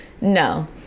no